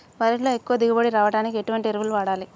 వరిలో ఎక్కువ దిగుబడి రావడానికి ఎటువంటి ఎరువులు వాడాలి?